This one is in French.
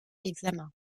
l’examen